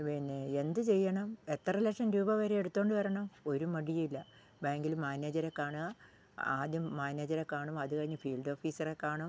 പിന്നെ എന്ത് ചെയ്യണം എത്ര ലക്ഷം രൂപ വരേ എടുത്തോണ്ട് വരണം ഒരു മടിയില്ല ബാങ്കില് മാനേജരെ കാണുക ആദ്യം മാനേജരെ കാണും അത് കഴിഞ്ഞ് ഫീൽഡ് ഓഫീസറെ കാണും